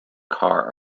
car